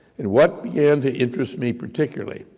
and what began to interest me particularly,